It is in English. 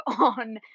on